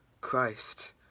Christ